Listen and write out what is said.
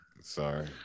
Sorry